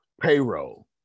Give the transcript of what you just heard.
payroll